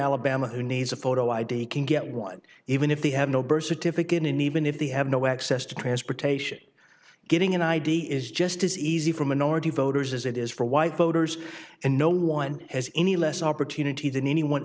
alabama who needs a photo id can get one even if they have no birth certificate in even if they have no access to transportation getting an id is just as easy for minority voters as it is for white voters and no one has any less opportunity than anyone